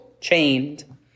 chained